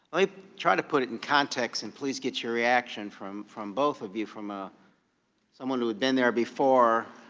like try to put it in context and please get your reaction from from both of you from ah someone who had been there before,